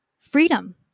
Freedom